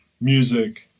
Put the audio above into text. music